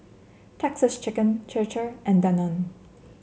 Texas Chicken Chir Chir and Danone